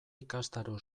ikastaro